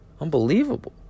Unbelievable